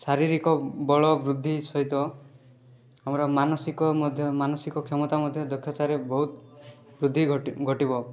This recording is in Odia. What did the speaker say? ଶାରୀରିକ ବଳ ବୃଦ୍ଧି ସହିତ ଆମର ମାନସିକ ମଧ୍ୟ ମାନସିକ କ୍ଷମତା ମଧ୍ୟ ଦକ୍ଷତାରେ ବହୁତ ବୃଦ୍ଧି ଘଟିବ